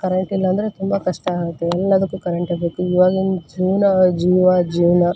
ಕರೆಂಟಿಲ್ಲ ಅಂದರೆ ತುಂಬ ಕಷ್ಟ ಆಗುತ್ತೆ ಎಲ್ಲದಕ್ಕೂ ಕರೆಂಟೇ ಬೇಕು ಇವಾಗಿನ ಜೀವನ ಜೀವ ಜೀವನ